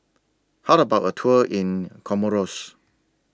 How about A Tour in Comoros